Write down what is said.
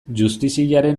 justiziaren